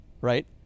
right